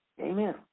Amen